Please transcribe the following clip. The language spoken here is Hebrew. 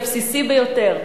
הבסיסי ביותר,